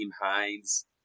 Hines